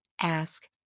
ask